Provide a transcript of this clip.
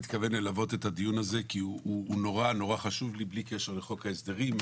מתכוון ללוות את הדיון הזה כי הוא נורא נורא חשוב בלי קשר לחוק ההסדרים.